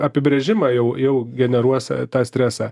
apibrėžimą jau jau generuos tą stresą